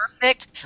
perfect